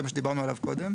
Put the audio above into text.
זה מה שדיברנו עליו קודם.